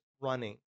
running